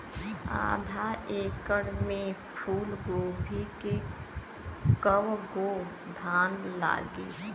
आधा एकड़ में फूलगोभी के कव गो थान लागी?